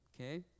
Okay